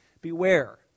Beware